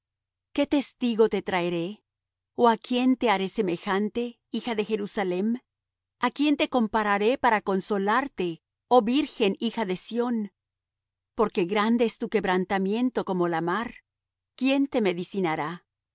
qué testigo te traeré ó á quién te haré semejante hija de jerusalem a quién te compararé para consolarte oh virgen hija de sión porque grande es tu quebrantamiento como la mar quién te medicinará